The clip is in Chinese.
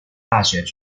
大学